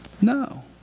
No